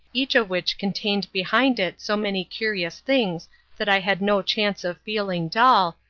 each of which contained behind it so many curious things that i had no chance of feeling dull,